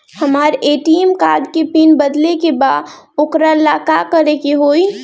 हमरा ATM card के pin बदले के बा वोकरा ला का करे के होई?